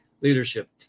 leadership